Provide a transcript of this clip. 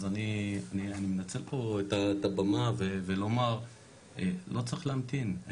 אז אני אנצל פה את הבמה בלומר לא צריך להמתין,